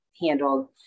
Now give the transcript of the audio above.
handled